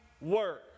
work